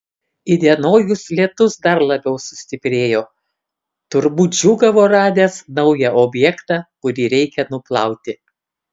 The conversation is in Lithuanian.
įdienojus lietus dar labiau sustiprėjo turbūt džiūgavo radęs naują objektą kurį reikia nuplauti